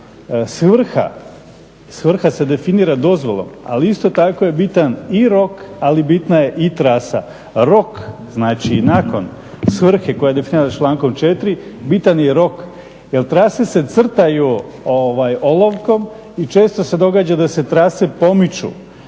4.svrha se definira dozvolom ali isto tako je bitan i rok ali bitna je i trasa. Rok znači nakon svrhe koja je definirana člankom 4.bitan je rok jer trase se crtaju olovkom i često se događa da se trase pomiču